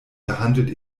behandelt